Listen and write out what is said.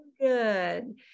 good